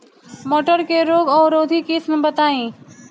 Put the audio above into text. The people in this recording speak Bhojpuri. मटर के रोग अवरोधी किस्म बताई?